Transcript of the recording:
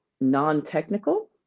non-technical